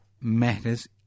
matters